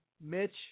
Mitch